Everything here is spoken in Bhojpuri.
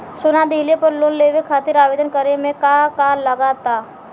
सोना दिहले पर लोन लेवे खातिर आवेदन करे म का का लगा तऽ?